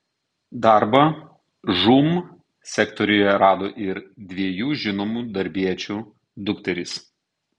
darbą žūm sektoriuje rado ir dviejų žinomų darbiečių dukterys